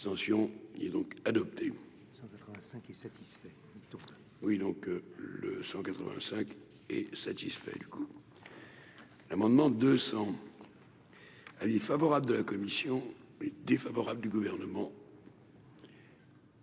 L'abstention et donc adopté